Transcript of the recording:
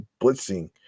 blitzing